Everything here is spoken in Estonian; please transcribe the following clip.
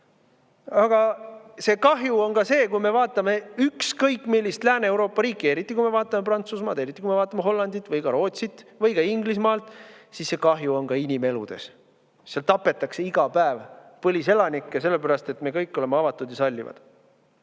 aga see kahju on ka see, kui me vaatame ükskõik millist Lääne-Euroopa riiki, eriti kui me vaatame Prantsusmaad, eriti kui me vaatame Hollandit või Rootsit või ka Inglismaad, siis see kahju on inimeludes. Seal tapetakse iga päev põliselanikke, sellepärast et me kõik oleme avatud ja sallivad.